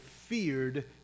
feared